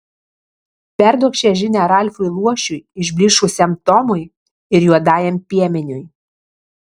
perduok šią žinią ralfui luošiui išblyškusiam tomui ir juodajam piemeniui